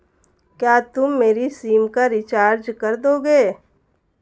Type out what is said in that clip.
क्या तुम मेरी सिम का रिचार्ज कर दोगे?